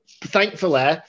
Thankfully